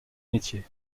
métiers